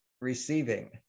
receiving